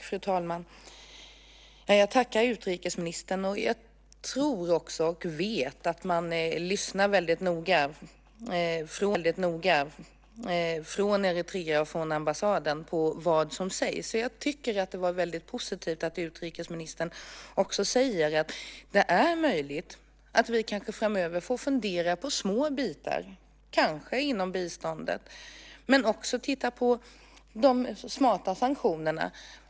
Fru talman! Jag tackar utrikesministern. Jag vet också att man lyssnar noga från Eritrea och från ambassaden på vad som sägs. Jag tycker att det är positivt att utrikesministern säger att det är möjligt att vi framöver får fundera på små bitar - kanske inom biståndet. Men vi får också titta på de smarta sanktionerna.